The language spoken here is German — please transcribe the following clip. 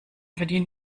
verdient